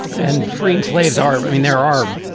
and freed slaves are i mean, there are